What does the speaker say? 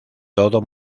todo